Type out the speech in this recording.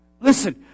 Listen